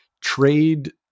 trade